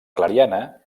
clariana